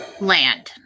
land